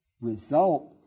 result